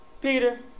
Peter